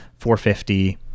450